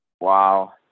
Wow